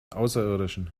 außerirdischen